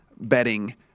betting